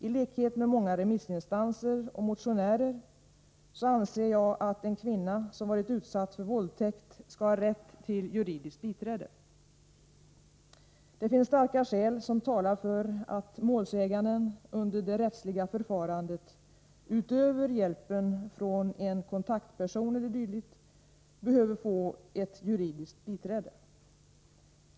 I likhet med många remissinstanser och motionärer anser jag att en kvinna som varit utsatt för våldtäkt skall ha rätt till juridiskt biträde. Det finns starka skäl som talar för att målsäganden under det rättsliga förfarandet, utöver hjälpen från en kontaktperson e. d., bör få ett juridiskt biträde.